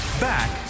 Back